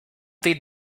did